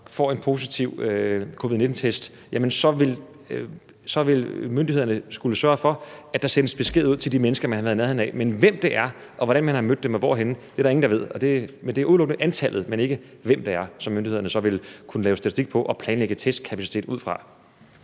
får en positiv covid-19-test, så vil myndighederne skulle sørge for, at der sendes besked ud til de mennesker, man har været i nærheden af, men hvem det er, og hvordan man har mødt dem og hvorhenne, er der ingen der ved. Det er udelukkende antallet – og ikke, hvem det er – som myndighederne vil kunne lave statistik på og planlægge testkapacitet ud fra.